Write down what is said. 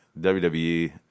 WWE